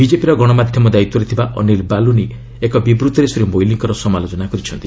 ବିଜେପିର ଗଣମାଧ୍ୟମ ଦାୟିତ୍ୱରେ ଥିବା ଅନୀଲ ବାଲୁନି ଏକ ବିବୃତ୍ତିରେ ଶ୍ରୀ ମୋଇଲିଙ୍କର ସମାଲୋଚନା କରିଛନ୍ତି